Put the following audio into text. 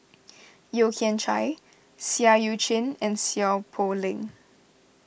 Yeo Kian Chai Seah Eu Chin and Seow Poh Leng